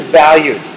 value